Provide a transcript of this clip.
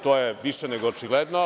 To je više nego očigledno.